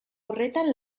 horretan